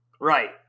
right